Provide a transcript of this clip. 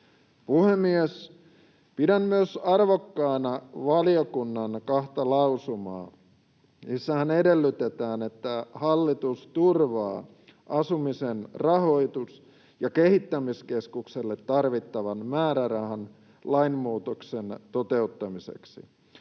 Pidän arvokkaina myös valiokunnan kahta lausumaa. Niissähän edellytetään, että hallitus turvaa Asumisen rahoitus- ja kehittämiskeskukselle tarvittavan määrärahan lainmuutoksen toteuttamiseksi,